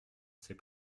ces